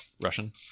Russian